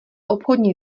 obchodní